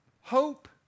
hope